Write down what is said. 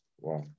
Wow